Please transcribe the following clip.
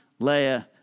Leia